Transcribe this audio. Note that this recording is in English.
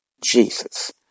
Jesus